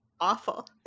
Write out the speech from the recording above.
awful